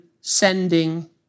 sending